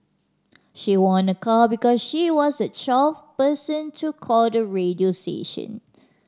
she won a car because she was the twelve person to call the radio station